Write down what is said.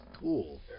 cool